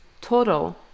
total